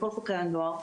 מכול חוקרי הנוער.